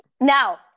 Now